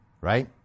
right